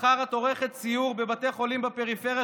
מחר את עורכת סיור בבתי חולים בפריפריה,